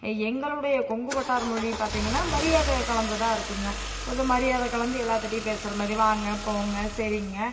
எங்களுடைய கொங்கு வட்டார மொழி பார்த்தீங்கன்னா மரியாதை கலந்ததாக இருக்குங்க கொஞ்சம் மரியாதை கலந்து எல்லாத்துட்டையும் பேசுகிற மாதிரி வாங்க போங்க சரிங்க